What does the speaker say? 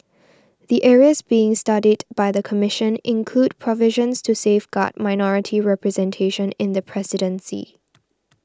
the areas being studied by the Commission include provisions to safeguard minority representation in the presidency